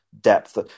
depth